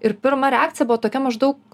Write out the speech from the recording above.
ir pirma reakcija buvo tokia maždaug